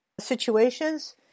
situations